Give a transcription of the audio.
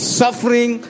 suffering